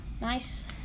nice